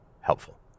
helpful